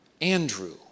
Andrew